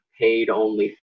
paid-only